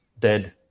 dead